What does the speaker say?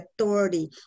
authority